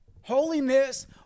Holiness